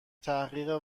تحقیق